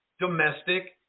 domestic